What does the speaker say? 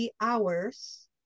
hours